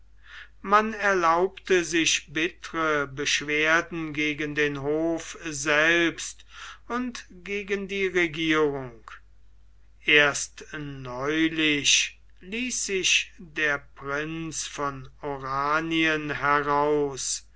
man erlaubte sich bittere beschwerden gegen den hof selbst und gegen die regierung erst neulich ließ sich der prinz von oranien heraus